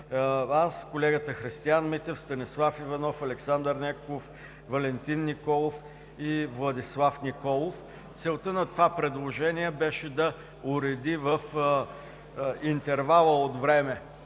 аз, колегата Христиан Митев, Станислав Иванов, Александър Ненков, Валентин Николов и Владислав Николов. Целта на това предложение беше да уреди в интервала от време